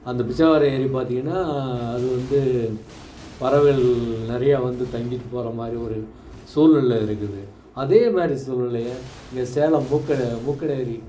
அந்த பிச்சாவரம் ஏரி பார்த்திங்கன்னா அது வந்து பறவைகள் நிறையா வந்து தங்கிட்டு போகிற மாதிரி ஒரு சூழ்நில இருக்குது அதே மாதிரி சூழ்நிலைய இங்கே சேலம் மூக்க மூக்கட ஏரி